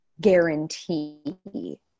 guarantee